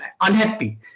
unhappy